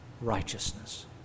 righteousness